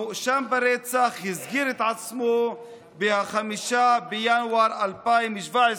המואשם ברצח הסגיר את עצמו ב-5 בינואר 2017,